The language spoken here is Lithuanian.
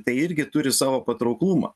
tai irgi turi savo patrauklumą